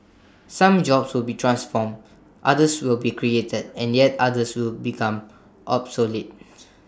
some jobs will be transformed others will be created and yet others will become obsolete